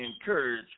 encourage